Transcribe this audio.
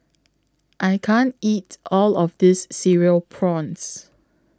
I can't eat All of This Cereal Prawns